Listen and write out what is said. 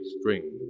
string